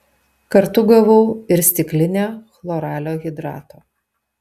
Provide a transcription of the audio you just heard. kartu gavau ir stiklinę chloralio hidrato